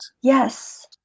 Yes